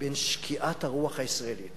בין שקיעת הרוח הישראלית